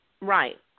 Right